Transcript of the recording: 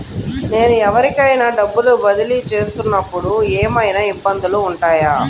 నేను ఎవరికైనా డబ్బులు బదిలీ చేస్తునపుడు ఏమయినా ఇబ్బందులు వుంటాయా?